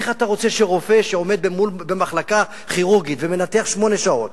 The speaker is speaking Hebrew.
איך אתה רוצה שרופא שעובד במחלקה כירורגית ומנתח שמונה שעות,